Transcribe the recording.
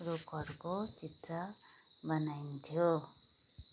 रुखहरूको चित्र बनाइन्थ्यो